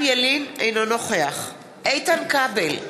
ילין, אינו נוכח איתן כבל,